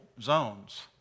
zones